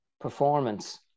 Performance